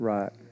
Right